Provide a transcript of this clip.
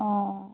অঁ